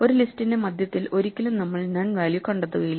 ഒരു ലിസ്റ്റിന്റെ മധ്യത്തിൽ ഒരിക്കലും നമ്മൾ നൺ വാല്യൂ കണ്ടെത്തുകയില്ല